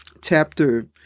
chapter